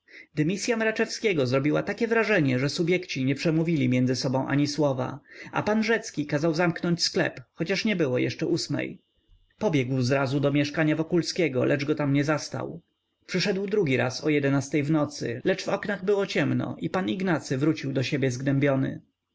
dymisya mraczewskiego zrobiła takie wrażenie że subjekci nie przemówili między sobą ani słowa a pan rzecki kazał zamknąć sklep chociaż nie było jeszcze ósmej pobiegł zaraz do mieszkania wokulskiego lecz go tam nie zastał przyszedł drugi raz o jedenastej w nocy lecz w oknach było ciemno i pan ignacy wrócił do siebie zgnębiony